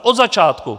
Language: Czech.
Od začátku!